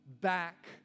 back